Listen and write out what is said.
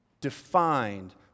defined